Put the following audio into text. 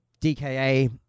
DKA